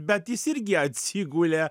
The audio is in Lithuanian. bet jis irgi atsigulė